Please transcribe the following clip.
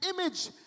image